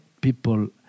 people